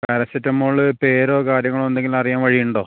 paracetamol പേരോ കാര്യങ്ങളോ എന്തെങ്കിലും അറിയാൻ വഴി ഉണ്ടോ